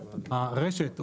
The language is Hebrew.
הרשת,